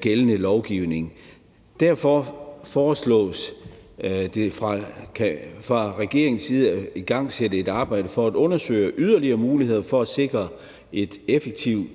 gældende lovgivning. Derfor foreslås det fra regeringens side at igangsætte et arbejde for at undersøge yderligere muligheder for at sikre en effektiv